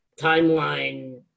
timeline